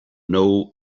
know